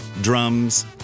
drums